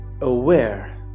aware